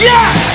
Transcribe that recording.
Yes